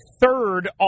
third